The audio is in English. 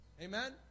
Amen